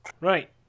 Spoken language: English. Right